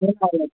keep silent